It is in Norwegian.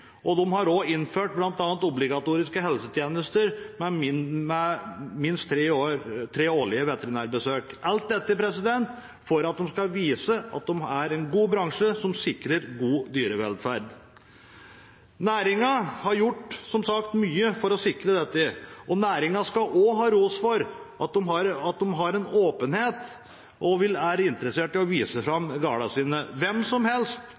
og de har innført bl.a. obligatoriske helsetjenester med minst tre årlige veterinærbesøk – alt dette for å vise at dette er en god bransje som sikrer god dyrevelferd. Næringen har som sagt gjort mye for å sikre dette, og næringen skal også ha ros for at de har åpenhet og er interessert i å vise fram gårdene sine. Hvem som helst